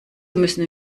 müssen